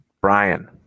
Brian